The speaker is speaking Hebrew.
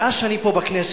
מאז אני פה בכנסת,